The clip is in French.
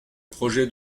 projet